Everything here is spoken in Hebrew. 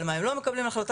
על מה הם לא מקבלים החלטה,